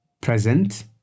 Present